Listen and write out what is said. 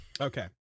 Okay